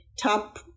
top